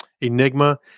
enigma